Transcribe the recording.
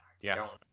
Yes